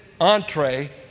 entree